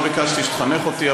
לא ביקשתי שתחנך אותי,